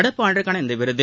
நடப்பாண்டிற்கான இந்த விருது